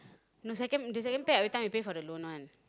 the second the second pair everytime we pay for the loan one